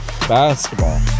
Basketball